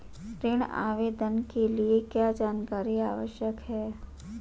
ऋण आवेदन के लिए क्या जानकारी आवश्यक है?